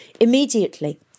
Immediately